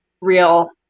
real